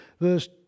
verse